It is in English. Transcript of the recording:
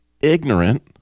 ignorant